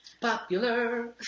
Popular